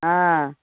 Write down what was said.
हँ